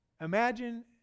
imagine